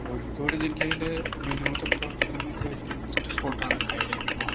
കോഴിക്കോട് ജില്ലയില് വിനോദ പ്രവർത്തനങ്ങൾക്ക് പറ്റിയ ബെസ്റ്റ് സ്പോട്ടാണ് ഹൈ ലൈറ്റ് മാൾ